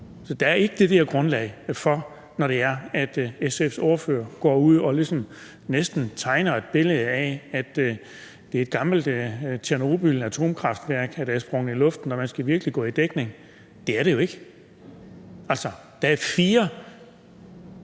Så der er ikke det der grundlag for det, når SF's ordfører går ud og næsten tegner et billede af, at det er et gammelt Tjernobylatomkraftværk, der er sprunget i luften, og at man virkelig skal gå i dækning. Det er det jo ikke. Altså, der er fire